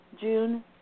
June